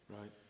Right